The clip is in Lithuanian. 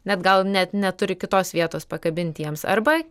net gal net neturi kitos vietos pakabint jiems arba